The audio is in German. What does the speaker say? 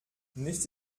nichts